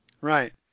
Right